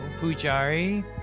Pujari